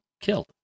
killed